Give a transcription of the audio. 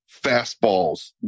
fastballs